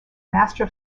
master